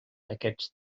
aquests